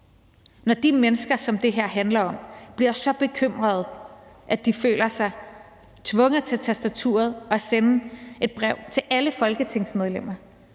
Når de mennesker, som det her handler om, bliver så bekymrede, at de føler sig tvunget til at sætte sig til tastaturet og sende et brev til alle folketingsmedlemmer,